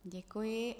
Děkuji.